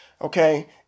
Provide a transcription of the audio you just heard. okay